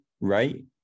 right